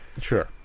Sure